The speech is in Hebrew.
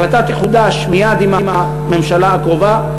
ההחלטה תחודש מייד עם הממשלה הקרובה,